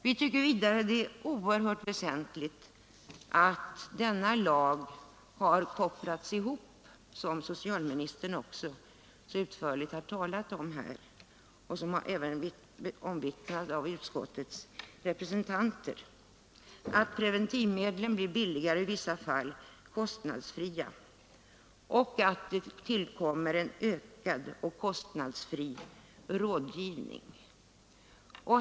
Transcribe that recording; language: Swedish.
Vi tycker vidare att det är oerhört väsentligt att denna lag har kopplats ihop med, som socialministern så utförligt har talat om här i kammaren och som även omvittnats av utskottets representanter, att preventivmedlen blir billigare, i vissa fall kostnadsfria, och att det tillkommer en ökad och kostnadsfri rådgivning.